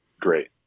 great